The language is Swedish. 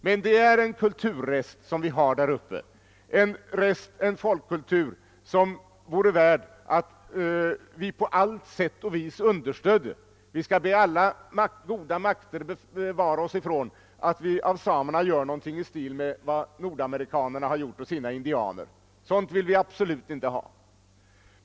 Men vi har där uppe en kulturrest, en folkkultur som vore värd att understödja på allt sätt. Vi skall be alla goda makter bevara oss från att av samerna göra någonting i stil med vad Nordamerika gjort av sina indianer. Något sådant vill vi absolut inte ha.